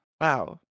wow